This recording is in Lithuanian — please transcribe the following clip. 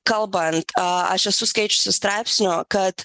kalbant aš esu skaičiusi straipsnių kad